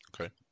Okay